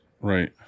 Right